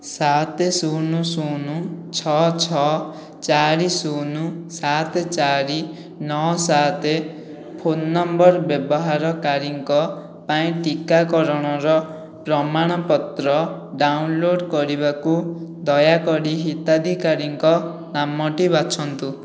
ସାତ ଶୁନ ଶୁନ ଛଅ ଛଅ ଚାରି ଶୁନ ସାତ ଚାରି ନଅ ସାତ ଫୋନ୍ ନମ୍ବର ବ୍ୟବହାରକାରୀଙ୍କ ପାଇଁ ଟିକାକରଣର ପ୍ରମାଣପତ୍ର ଡାଉନଲୋଡ଼୍ କରିବାକୁ ଦୟାକରି ହିତାଧିକାରୀଙ୍କ ନାମଟି ବାଛନ୍ତୁ